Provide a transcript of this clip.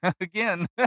again